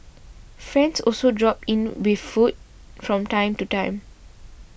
friends also drop in with food from time to time